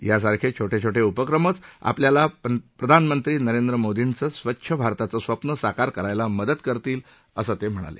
यांसारखे छोटे छोटे उपक्रमच आपल्याला प्रधानमंत्री नरेंद्र मोर्दीचे स्वच्छ भारताचे स्वप्न साकार करायला मदत करतील असे ते म्हणाले